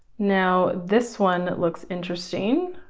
now, this one looks interesting.